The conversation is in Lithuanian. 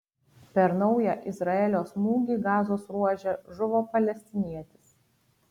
per naują izraelio smūgį gazos ruože žuvo palestinietis